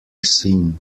seen